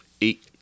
Eight